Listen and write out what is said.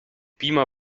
beamer